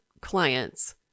clients